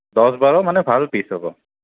দহ বাৰ মানে ভাল পিচ হ'ব